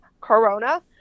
Corona